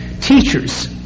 teachers